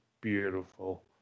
beautiful